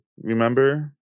remember